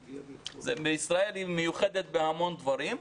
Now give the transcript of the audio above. ישראל היא מיוחדת בהמון דברים,